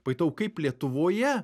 pajutau kaip lietuvoje